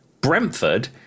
brentford